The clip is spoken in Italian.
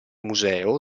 museo